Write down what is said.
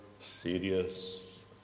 Serious